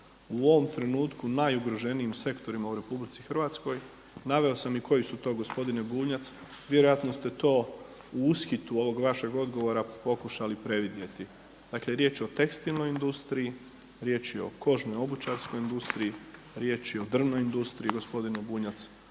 u ovom trenutku najugroženijim sektorima u RH. Naveo sam i koji su to gospodine Bunjac. Vjerojatno ste to u ushitu ovog vašeg odgovora pokušali previdjeti. Dakle, riječ je o tekstilnoj industriji, riječ je o kožnoj, obućarskoj industriji, riječ je o drvnoj industriji gospodine Bunjac.